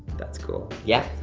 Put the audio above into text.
that's cool. yeah.